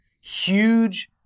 huge